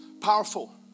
Powerful